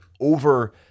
over